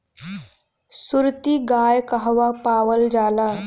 सुरती गाय कहवा पावल जाला?